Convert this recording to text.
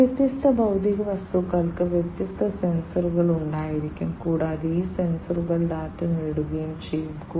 ഈ വ്യത്യസ്ത ഭൌതിക വസ്തുക്കൾക്ക് വ്യത്യസ്ത സെൻസറുകൾ ഉണ്ടായിരിക്കും കൂടാതെ ഈ സെൻസറുകൾ ഡാറ്റ നേടുകയും ചെയ്യും